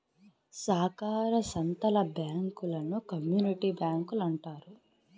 సాకార సంత్తల బ్యాంకులను కమ్యూనిటీ బ్యాంకులంటారు